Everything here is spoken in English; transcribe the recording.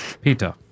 Peter